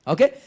Okay